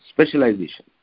Specialization